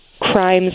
crimes